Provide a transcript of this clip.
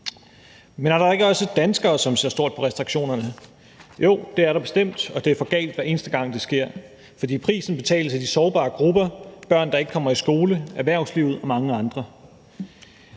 Men er der ikke også danskere, som ser stort på restriktionerne? Jo, det er der bestemt, og det er for galt, hver eneste gang det sker, for prisen betales af de sårbare grupper, børn, der ikke kommer i skole, erhvervslivet og mange andre.